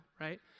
right